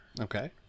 Okay